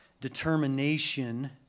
determination